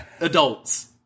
adults